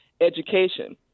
education